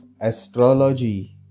astrology